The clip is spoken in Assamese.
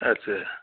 আচ্ছা